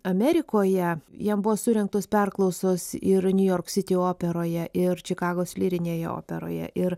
amerikoje jam buvo surengtos perklausos ir niujorksiti operoje ir čikagos lyrinėje operoje ir